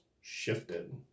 shifted